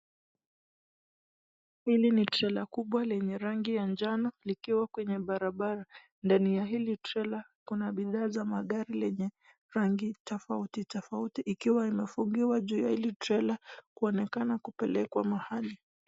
Hili ni trela kubwa lenye rangi ya njano likiwa kwenye barabara. Ndani ya hili trela kuna bidhaa za magari zenye rangi tofauti tofauti ikiwa imefungiwa juu ya hili trela kuonekana kupelekwa mahali.